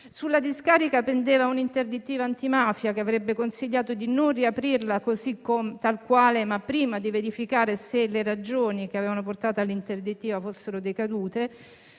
Sulla discarica pendeva un'interdittiva antimafia che avrebbe consigliato di non riaprirla così tal quale, ma prima di verificare se le ragioni che avevano portato all'interdittiva fossero decadute,